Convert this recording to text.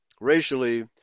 racially